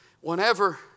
Whenever